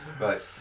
Right